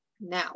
now